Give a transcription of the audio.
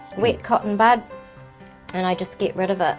wet cotton bud and i just get rid of ah